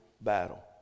battle